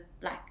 Black